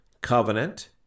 covenant